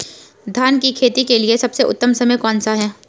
धान की खेती के लिए सबसे उत्तम समय कौनसा है?